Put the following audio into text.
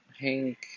Hank